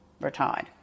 retired